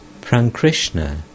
Prankrishna